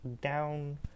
down